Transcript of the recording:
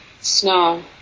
Snow